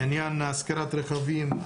לעניין השכרת רכבים,